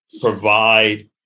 provide